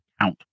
count